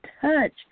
touch